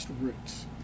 roots